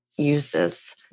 uses